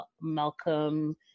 Malcolm